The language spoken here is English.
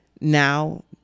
now